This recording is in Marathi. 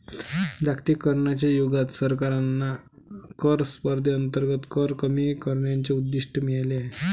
जागतिकीकरणाच्या युगात सरकारांना कर स्पर्धेअंतर्गत कर कमी करण्याचे उद्दिष्ट मिळाले आहे